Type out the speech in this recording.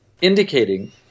indicating